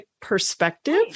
perspective